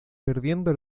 perdiendo